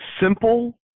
simple